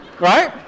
Right